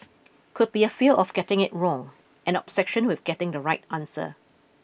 could be a fear of getting it wrong an obsession with getting the right answer